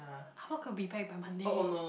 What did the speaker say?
Howard could be back by Monday